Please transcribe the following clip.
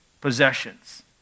possessions